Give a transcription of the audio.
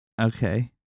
Okay